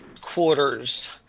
quarters